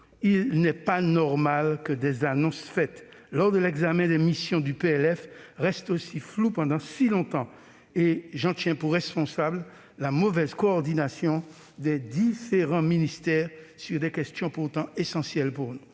Il n'est pas normal que des annonces faites lors de l'examen des missions du PLF restent aussi floues pendant si longtemps. J'en tiens pour responsable la mauvaise coordination des différents ministères sur des questions pourtant essentielles pour nous.